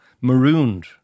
marooned